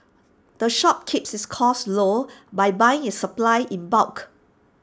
the shop keeps its costs low by buying its supplies in bulk